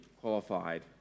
qualified